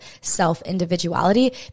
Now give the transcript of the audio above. self-individuality